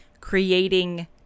creating